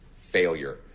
failure